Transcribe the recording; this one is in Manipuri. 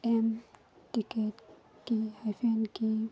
ꯑꯦꯝ ꯇꯤꯛꯀꯦꯠꯀꯤ ꯍꯥꯏꯐꯦꯟꯒꯤ